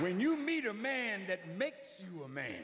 when you meet a man that ma